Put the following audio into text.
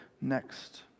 next